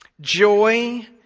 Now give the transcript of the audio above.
Joy